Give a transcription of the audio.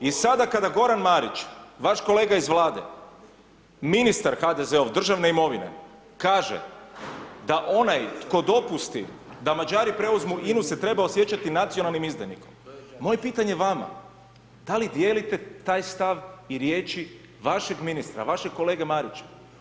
I sada kada Goran Marić, vaš kolega iz Vlade, ministar HDZ-ov, državne imovine, kaže da onaj tko dopusti da Mađari preuzmu INA-u se treba osjećati nacionalnim izdajnikom, moje pitanje vama, da li dijelite taj stav i riječi vašeg ministra, vašeg kolege Marića?